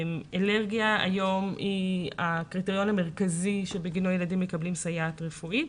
אלרגיה היום היא הקריטריון המרכזי שבגינו ילדים מקבלים סייעת רפואית,